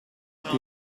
più